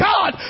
God